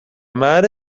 mar